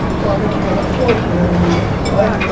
so i'm and i'm employed for another week here, right?